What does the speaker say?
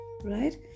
Right